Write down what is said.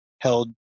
held